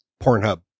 Pornhub